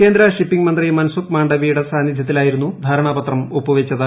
കേന്ദ്ര ഷിപ്പിംഗ് മന്ത്രി മൻസുഖ് മാണ്ഡവ്യയുടെ സാന്നിധ്യത്തിലായിരുന്നു ധാരണാപത്രം ഒപ്പുവച്ചത്